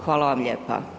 Hvala vam lijepa.